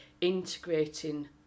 integrating